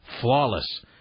flawless